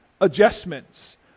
adjustments